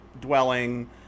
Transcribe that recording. dwelling